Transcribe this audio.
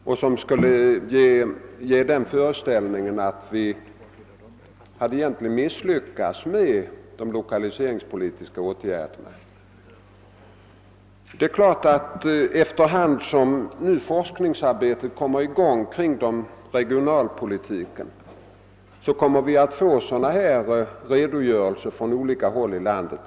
Denna undersökning ger det intrycket att vi skulle ha misslyckats med de lokaliseringspolitiska åtgärderna. Efter hand som forskningsarbetet beträffande regionalpolitiken utvecklas, kommer vi säkerligen att få redogörelser av detta slag från olika håll av landet.